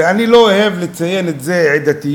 ואני לא אוהב לציין עדתיות,